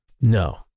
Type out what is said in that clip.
no